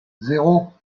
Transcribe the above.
zéro